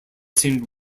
same